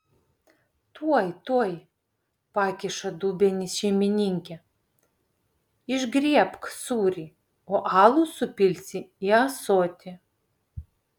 tuoj tuoj pakiša dubenį šeimininkė išgriebk sūrį o alų supilsi į ąsotį